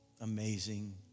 amazing